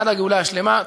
עד הגאולה השלמה.